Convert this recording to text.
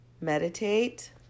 meditate